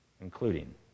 including